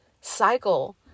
cycle